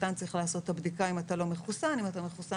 לקראתן צריכה לעשות את הבדיקה אם אתה לא מחוסן ואם אתה מחוסן,